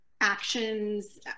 actions